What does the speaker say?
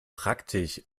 praktisch